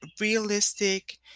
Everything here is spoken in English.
realistic